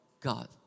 God